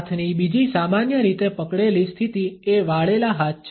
હાથની બીજી સામાન્ય રીતે પકડેલી સ્થિતિ એ વાળેલા હાથ છે